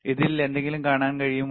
ഇതിൽ എന്തെങ്കിലും കാണാൻ കഴിയുമോ